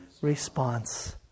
response